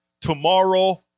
Tomorrow